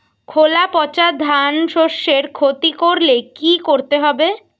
খোলা পচা ধানশস্যের ক্ষতি করলে কি করতে হবে?